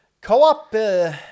Co-op